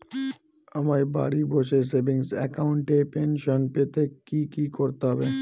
আমায় বাড়ি বসে সেভিংস অ্যাকাউন্টে পেনশন পেতে কি কি করতে হবে?